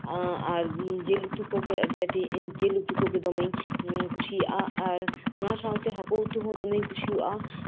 ᱮᱸᱫ ᱡᱮᱞ ᱩᱛᱩ ᱠᱚᱜᱮ ᱟᱹᱰᱤ ᱟᱸᱴ ᱮᱸᱫ ᱡᱮᱞ ᱩᱛᱩ ᱠᱚᱜᱮ ᱫᱚᱢᱮᱧ ᱠᱩᱥᱤᱭᱟᱜᱼᱟ ᱟᱨ ᱚᱱᱟ ᱥᱟᱶᱛᱮ ᱦᱟᱠᱳ ᱩᱛᱩ ᱦᱚᱸ ᱫᱚᱢᱮᱧ ᱠᱩᱥᱤᱣᱟᱜᱼᱟ